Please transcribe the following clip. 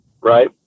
Right